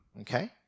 okay